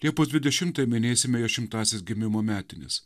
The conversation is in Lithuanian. liepos dvidešimtąją minėsime jo šimtąsias gimimo metines